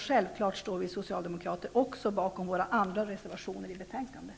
Självfallet står vi socialdemokrater även bakom våra övriga reservationer i betänkandet.